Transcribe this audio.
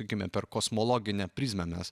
gimė per kosmologinę prizmę mes